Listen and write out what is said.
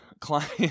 client